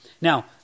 Now